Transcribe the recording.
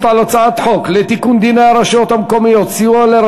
על הצעת חוק לחלוקת חיסכון פנסיוני בין